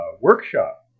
workshop